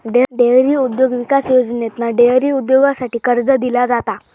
dairy उद्योग विकास योजनेतना डेअरी उद्योगासाठी कर्ज दिला जाता